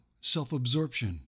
self-absorption